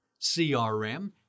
CRM